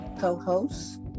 co-host